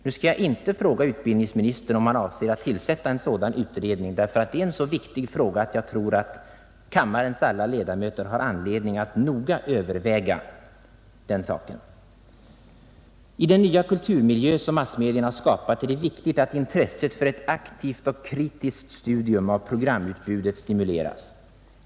Nu skall jag inte fråga utbildningsministern om han avser att tillsätta en sådan utredning, ty det är en så viktig fråga att jag tror att kammarens alla ledamöter har anledning att noga överväga den. I den nya kulturmiljö som massmedierna skapat är det viktigt att intresset för ett aktivt och kritiskt studium av programutbudet stimuleras.